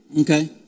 Okay